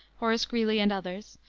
horace greeley and others,